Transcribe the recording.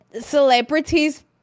celebrities